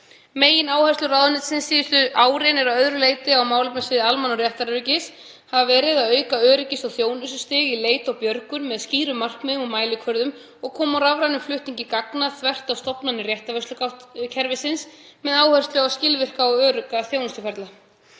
Megináherslur ráðuneytisins síðustu árin að öðru leyti á málefnasviði almanna- og réttaröryggis hafa verið að auka öryggis- og þjónustustig í leit og björgun með skýrum markmiðum og mælikvörðum og koma á rafrænum flutningi gagna þvert á stofnanir réttarvörslukerfisins með áherslu á skilvirka og örugga þjónustuferla.